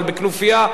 אבל בכנופיה,